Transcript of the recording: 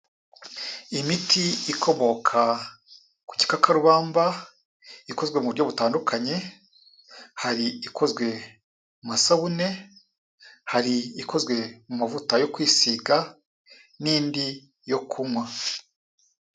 Imiti ikomoka ku gikakarubamba ikozwe mu buryo butandukanye, hari ikozwe mu masabune, hari ikozwe mu mavuta yo kwisiga n'indi yo kunywa.